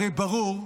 הרי ברור,